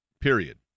period